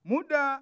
Muda